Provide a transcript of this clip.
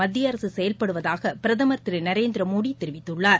மத்திய அரசுசெயல்படுவதாக பிரதமர் திருநரேந்திரமோடிதெரிவித்துள்ளார்